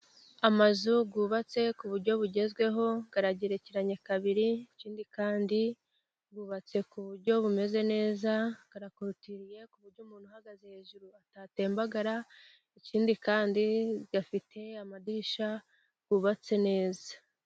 Amazu yubatse ku buryo bugezweho, aragerekeranye kabiri, ikindi kandi yubatse ku buryo bumeze neza, arakorutiriye ku buryo umuntu uhagaze hejuru atatembagara, ikindi kandi afite amadirishya yubatse neza.